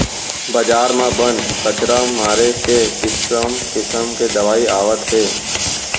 बजार म बन, कचरा मारे के किसम किसम के दवई आवत हे